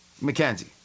McKenzie